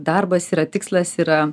darbas yra tikslas yra